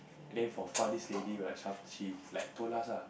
then from far this lady right shout she like told us lah